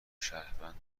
شهروند